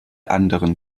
anderen